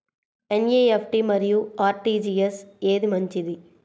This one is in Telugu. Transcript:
ఎన్.ఈ.ఎఫ్.టీ మరియు అర్.టీ.జీ.ఎస్ ఏది మంచిది?